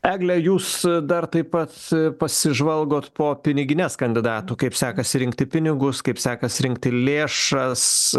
egle jūs dar taip pat pasižvalgot po pinigines kandidatų kaip sekasi rinkti pinigus kaip sekasi rinkti lėšas